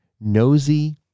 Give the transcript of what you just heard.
Nosy